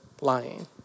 lying